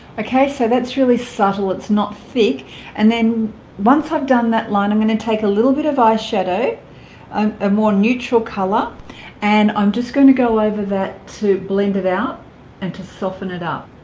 okay so that's really subtle it's not thick and then once i've done that line i'm going to take a little bit of eyeshadow a more neutral color and i'm just going to go over that to blend it out and to soften it up